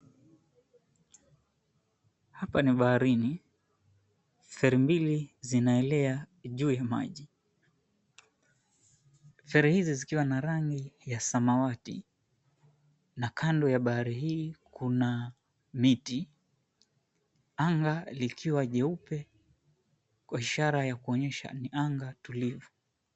Hapa ni baharini. Feri mbili zinaelea juu ya maji. Feri hizi zikiwa na rangi ya samawati na kando ya bahari hii kuna miti. Anga likiwa jeupe kwa ishara ya kuonyesha ni anga tulivu.